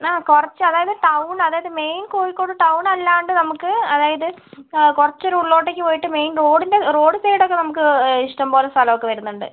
ആ കുറച്ച് അതായത് ടൗൺ അതായത് മെയിൻ കോഴിക്കോട് ടൗൺ അല്ലാണ്ട് നമുക്ക് അതായത് കുറച്ചൊരു ഉള്ളിലോട്ടേയ്ക്ക് പോയിട്ട് മെയിൻ റോഡിൻ്റെ റോഡ് സൈഡൊക്കെ നമുക്ക് ഇഷ്ട്ടം പോലെ സ്ഥലമൊക്കെ വരുന്നുണ്ട്